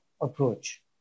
approach